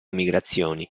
migrazioni